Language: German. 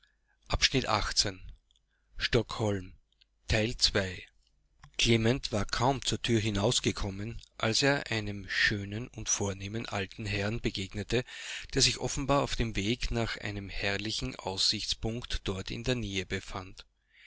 warderschonverschwunden klement war kaum zur tür hinausgekommen als er einem schönen und vornehmen alten herrn begegnete der sich offenbar auf dem wege nach einem herrlichen aussichtspunkt dort in der nähe befand